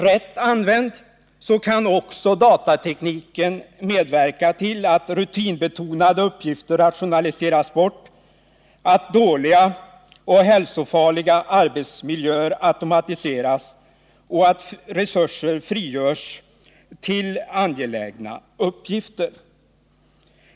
Rätt använd kan datatekniken medverka till att rutinbetonade uppgifter rationaliseras bort, att dåliga och hälsofarliga arbetsmiljöer automatiseras och att resurser frigörs för angelägna uppgifter.